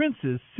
princes